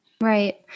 Right